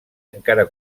encara